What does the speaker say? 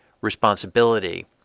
responsibility